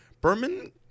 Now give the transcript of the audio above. berman